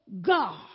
God